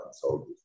soldiers